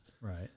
Right